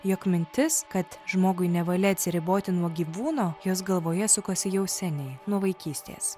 jog mintis kad žmogui nevalia atsiriboti nuo gyvūno jos galvoje sukosi jau seniai nuo vaikystės